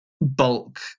bulk